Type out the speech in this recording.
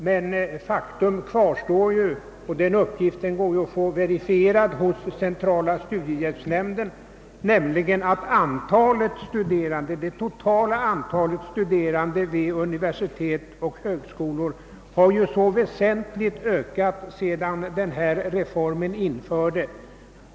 Men faktum kvarstår — och uppgiften går att få verifierad hos centrala studiehjälps nämnden — att antalet studerande vid universitet och högskolor ökat högst väsentligt sedan reformen genomfördes.